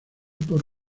por